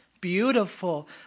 beautiful